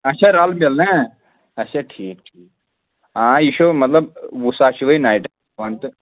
اچھا رَلہٕ مِلہٕ نا اچھا تھیٖک ٹھیٖک آ یہِ چھُ مطلب وُہ ساس چھِ وۄنۍ نایٹَس ہٮ۪وان تہٕ